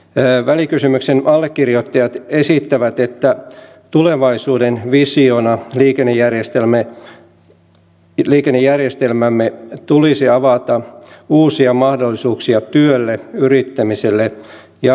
ensinnäkin välikysymyksen allekirjoittajat esittävät että tulevaisuuden visiona liikennejärjestelmämme tulisi avata uusia mahdollisuuksia työlle yrittämiselle ja asumiselle